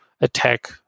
attack